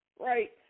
Right